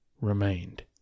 remained